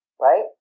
right